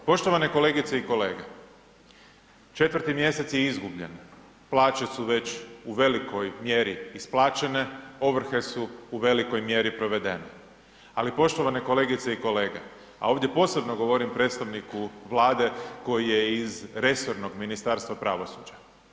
Poštovane kolegice i kolege, četvrti mjesec je izgubljen, plaće su već u velikoj mjeri isplaćene, ovrhe u velikoj mjeri provedene, ali poštovane kolegice i kolege, a ovdje posebno govorim predstavniku Vlade koji je iz resornog Ministarstva pravosuđa.